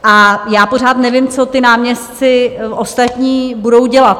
A já pořád nevím, co ti náměstci ostatní budou dělat.